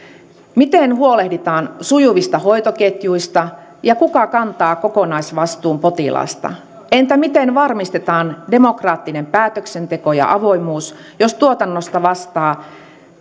miten huolehditaan sujuvista hoitoketjuista ja kuka kantaa kokonaisvastuun potilaasta entä miten varmistetaan demokraattinen päätöksenteko ja avoimuus jos tuotannosta vastaa